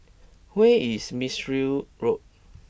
where is Mistri Road